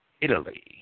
Italy